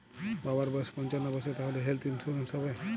বাবার বয়স পঞ্চান্ন বছর তাহলে হেল্থ ইন্সুরেন্স হবে?